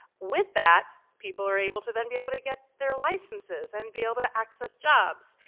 with that, people are able to then be able to get their licenses and be able to access jobs.